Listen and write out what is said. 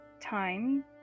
time